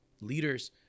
leaders